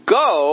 go